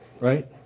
right